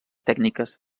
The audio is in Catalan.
tècniques